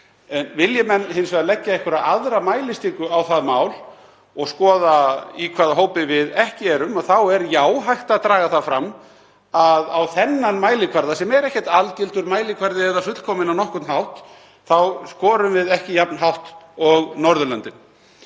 En vilji menn hins vegar leggja einhverja aðra mælistiku á það mál og skoða í hvaða hópi við erum ekki er jú hægt að draga það fram að á þennan mælikvarða, sem er ekkert algildur mælikvarði eða fullkominn á nokkurn hátt, skorum við ekki jafn hátt og Norðurlöndin.